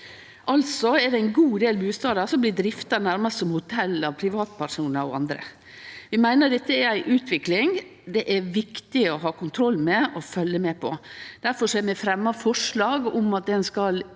Altså er det ein god del bustadar som blir drifta nærmast som hotell av privatpersonar og andre. Vi meiner dette er ei utvikling det er viktig å ha kontroll med og følgje med på. Difor har vi fremja forslag om at ein skal